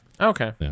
okay